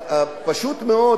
פשוט מאוד,